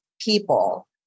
people